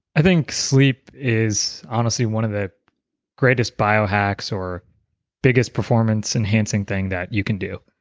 i think sleep is honestly one of the greatest bio-hacks or biggest performance enhancing thing that you can do.